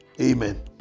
amen